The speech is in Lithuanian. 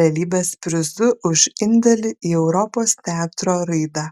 realybės prizu už indėlį į europos teatro raidą